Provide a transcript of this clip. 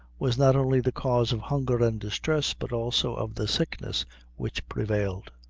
was not only the cause of hunger and distress, but also of the sickness which prevailed.